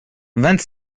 vingt